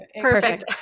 Perfect